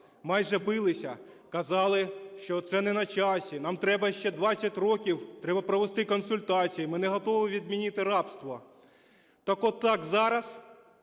майже билися, казали, що це не на часі, нам треба ще 20 років, треба провести консультації, ми не готові відмінити рабство. Так от, так зараз